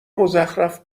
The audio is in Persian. مزخرف